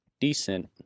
decent